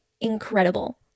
incredible